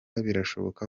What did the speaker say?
birashoboka